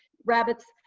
rabbits,